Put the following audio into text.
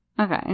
Okay